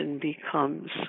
becomes